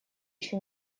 еще